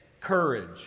courage